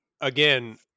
Again